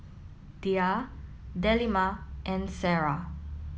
Dhia Delima and Sarah